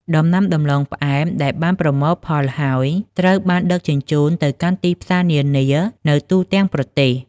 ដំណាំដំឡូងផ្អែមដែលបានប្រមូលផលហើយ ត្រូវបានដឹកជញ្ជូនទៅកាន់ទីផ្សារនានានៅទូទាំងប្រទេស។